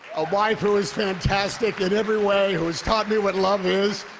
a wife who is fantastic in every way, who has taught me what love is,